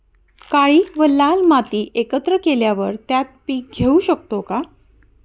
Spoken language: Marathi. काळी व लाल माती एकत्र केल्यावर त्यात पीक घेऊ शकतो का?